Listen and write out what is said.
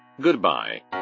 Goodbye